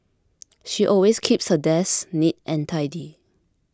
she always keeps her desk neat and tidy